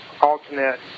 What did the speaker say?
alternate